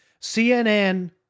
CNN